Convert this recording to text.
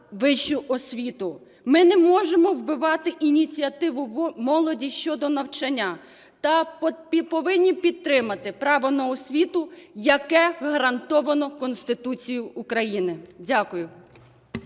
Ми не можемо вбивати ініціативу молоді щодо навчання та повинні підтримати право на освіту, яке гарантоване Конституцією України. Дякую.